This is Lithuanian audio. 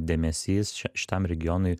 dėmesys čia šitam regionui